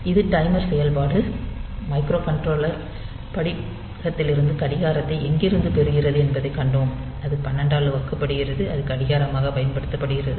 இந்த டைமர் செயல்பாடு மைக்ரோகண்ட்ரோலர் படிகத்திலிருந்து கடிகாரத்தை எங்கிருந்து பெறுகிது என்பதைக் கண்டோம் அது 12 ஆல் வகுக்கப்படுகிறது அது கடிகாரமாகப் பயன்படுத்தப்படுகிறது